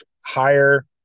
higher